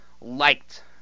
liked